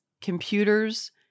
computers